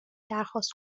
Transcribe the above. درخواست